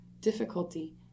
difficulty